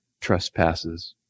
trespasses